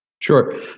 Sure